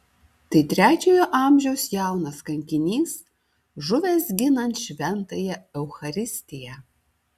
tai trečiojo amžiaus jaunas kankinys žuvęs ginant šventąją eucharistiją